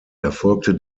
erfolgte